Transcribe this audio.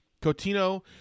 Cotino